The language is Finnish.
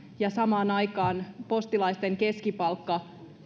ja samaan aikaan postilaisten keskipalkka